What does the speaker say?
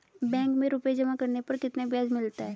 Bank में रुपये जमा करने पर कितना ब्याज मिलता है?